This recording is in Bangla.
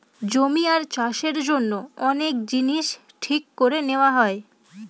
জমি আর চাষের জন্য অনেক জিনিস ঠিক করে নেওয়া হয়